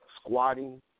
squatting